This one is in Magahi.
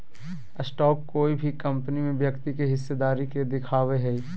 स्टॉक कोय भी कंपनी में व्यक्ति के हिस्सेदारी के दिखावय हइ